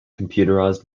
computerized